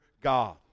God